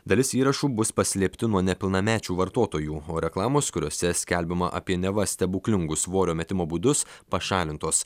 dalis įrašų bus paslėpti nuo nepilnamečių vartotojų o reklamos kuriose skelbiama apie neva stebuklingus svorio metimo būdus pašalintos